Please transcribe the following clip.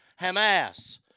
Hamas